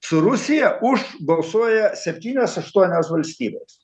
su rusija už balsuoja septynios aštuonios valstybės